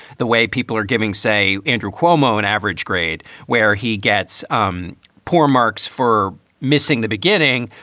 the way people are giving, say, andrew cuomo, an average grade where he gets um poor marks for missing the beginning,